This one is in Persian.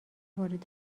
وارد